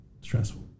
stressful